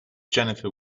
jennifer